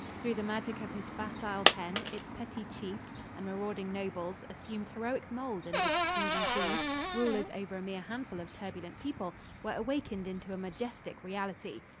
through the magic of his facile pen, its petty chiefs and marauding nobles assumed heroic mould and its kings and queens rulers over a mere handful of turbulent people were awakened into a majestic reality.